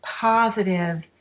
positive